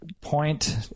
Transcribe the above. Point